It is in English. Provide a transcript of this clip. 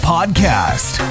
Podcast